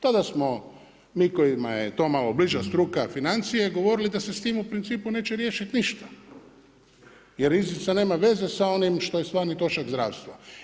Tada smo mi kojima je to malo bliža struka financije govorili da se s tim u principu neće riješiti ništa jer riznica nema veze s onim što je stvarni … zdravstva.